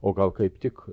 o gal kaip tik